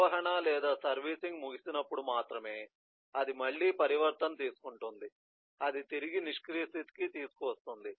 నిర్వహణ లేదా సర్వీసింగ్ ముగిసినప్పుడు మాత్రమే అది మళ్ళీ పరివర్తన తీసుకుంటుంది అది తిరిగి నిష్క్రియ స్థితికి తీసుకువస్తుంది